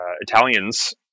Italians